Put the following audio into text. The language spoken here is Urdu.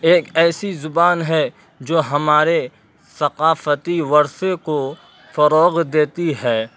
ایک ایسی زبان ہے جو ہمارے ثقافتی ورثے کو فروغ دیتی ہے